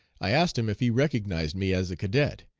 i asked him if he recognized me as a cadet.